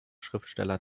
schriftsteller